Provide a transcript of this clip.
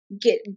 get